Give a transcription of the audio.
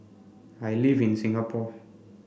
I live in Singapore